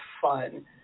fun